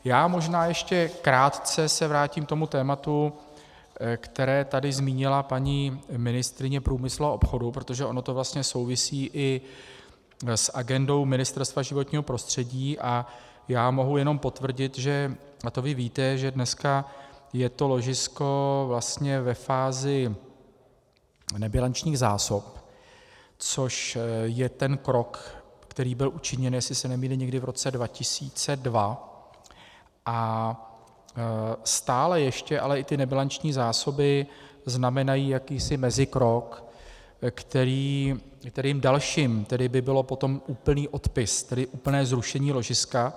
Já možná ještě krátce se vrátím k tomu tématu, které tady zmínila paní ministryně průmyslu a obchodu, protože ono to vlastně souvisí i s agendou Ministerstva životního prostředí a já mohu jenom potvrdit a to vy víte že dneska je to ložisko vlastně ve fázi nebilančních zásob, což je ten krok, který byl učiněn, jestli se nemýlím, někdy v roce 2002, a stále ještě i ty nebilanční zásoby znamenají jakýsi mezikrok a dalším by byl potom úplný odpis, tedy úplné zrušení ložiska.